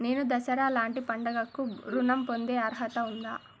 నేను దసరా లాంటి పండుగ కు ఋణం పొందే అర్హత ఉందా?